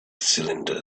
cylinder